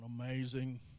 amazing